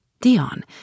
Dion